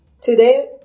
Today